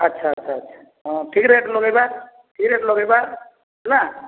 ଆଚ୍ଛା ଆଚ୍ଛା ଆଚ୍ଛା ହଁ ଠିକ୍ ରେଟ୍ ନଗାଇବା ଠିକ ରେଟ ଲଗାଇବା ହେଲା